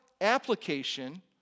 application